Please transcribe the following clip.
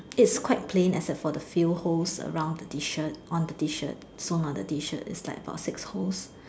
it's quite plain except for the few holes around the T-shirt on the T-shirt sewn on the T-shirt is like about six holes